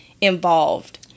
involved